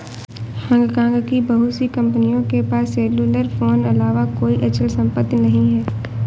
Hong Kong की बहुत सी कंपनियों के पास सेल्युलर फोन अलावा कोई अचल संपत्ति नहीं है